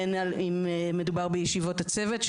בין אם מדובר בישיבות הצוות,